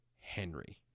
Henry